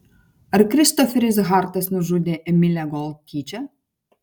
ar kristoferis hartas nužudė emilę gold tyčia